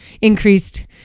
increased